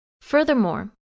Furthermore